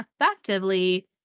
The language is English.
effectively